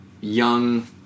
young